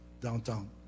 downtown